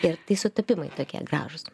ir tai sutapimai tokie gražūs